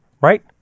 right